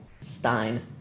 Stein